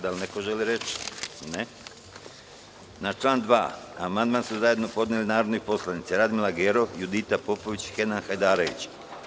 Da li neko želi reč? (Ne.) Na član 2. amandman su zajedno podneli narodni poslanici Radmila Gerov, Judita Popović i Kenan Hajdarević.